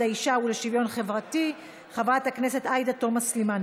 האישה ולשוויון חברתי חברת הכנסת עאידה תומא סלימאן,